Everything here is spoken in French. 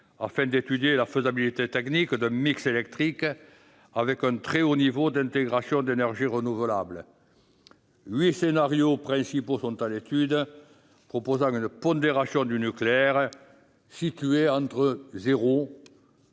afin d'étudier la faisabilité technique d'un mix électrique avec un très haut niveau d'intégration d'énergies renouvelables. Huit scénarios principaux sont à l'étude, avec une pondération du nucléaire située entre 0 % et